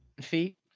feet